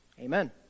Amen